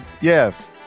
Yes